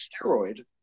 steroid